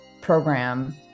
program